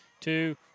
Two